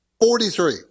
Forty-three